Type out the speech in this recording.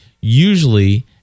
usually